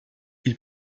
ils